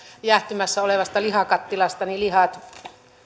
jäähtymässä olevasta lihakattilasta lihat